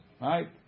Right